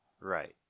Right